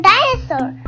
Dinosaur